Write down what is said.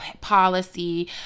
policy